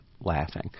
laughing